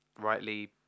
rightly